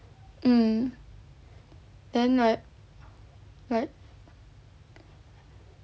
mm then what what